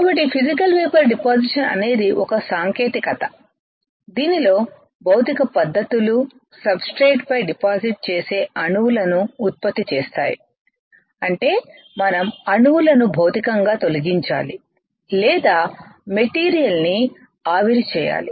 కాబట్టి physical vapour deposition అనేది ఒక సాంకేతికత దీనిలో భౌతిక పద్ధతులు సబ్ స్ట్రేట్ పై డిపాజిట్ చేసే అణువులను ఉత్పత్తి చేస్తాయి అంటే మనం అణువులను భౌతికంగా తొలగించాలి లేదా మెటీరియల్ ని ఆవిరి చేయాలి